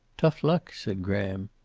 tough luck, said graham.